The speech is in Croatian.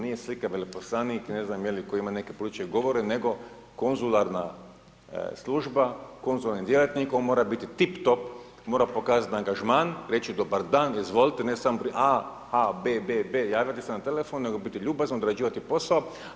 Nije slika veleposlanik i ne znam netko tko ima neke političke govore nego konzularna služba, konzularni djelatnik, on mora biti tip top, mora pokazati angažman, reći dobar dan, izvolite, ne samo a ha, a, b, b, b, javiti se na telefon, nego biti ljubazan, određivati posao.